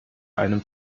einem